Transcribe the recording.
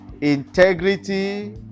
Integrity